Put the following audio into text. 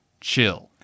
chill